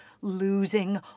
losing